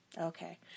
Okay